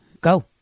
go